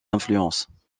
influences